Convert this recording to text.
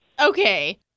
Okay